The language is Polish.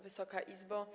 Wysoka Izbo!